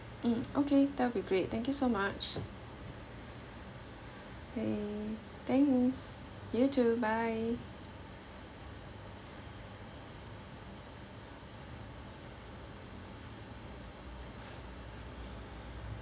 mm okay that will be great thank you so much thanks you too bye